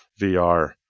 VR